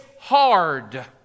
hard